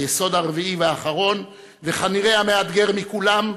היסוד הרביעי והאחרון, וכנראה המאתגר מכולם,